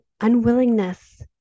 unwillingness